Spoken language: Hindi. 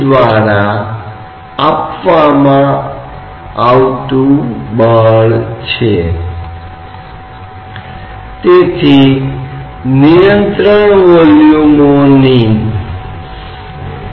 जब भी हम एक अवधारणा सीख रहे होंगे हम माप उपकरणों के उदाहरण देने की कोशिश करेंगे जो उन अवधारणाओं का उपयोग करने का प्रयास करते हैं